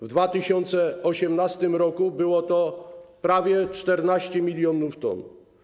W 2018 r. było to prawie 14 mln t.